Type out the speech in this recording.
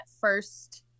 first